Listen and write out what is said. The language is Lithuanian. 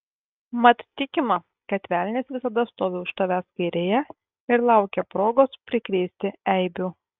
mat tikima kad velnias visada stovi už tavęs kairėje ir laukia progos prikrėsti eibių